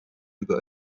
über